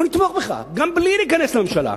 אנחנו נתמוך בך גם בלי להיכנס לממשלה.